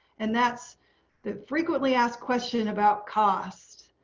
and that's the frequently asked question about cost.